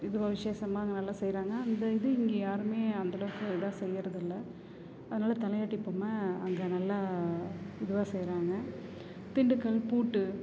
இதுவாக விசேஷமா அங்கே நல்லா செய்கிறாங்க அந்த இது இங்கே யாருமே அந்த அளவுக்கு இதாக செய்யறது இல்லை அதனாலே தலையாட்டி பொம்மை அங்கே நல்லா இதுவாக செய்கிறாங்க திண்டுக்கல் பூட்டு